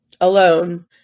alone